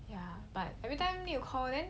ya but everytime you call then